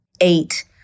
Eight